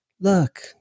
look